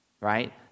right